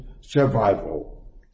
survival